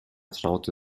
traute